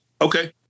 Okay